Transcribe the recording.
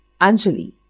Anjali